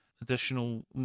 additional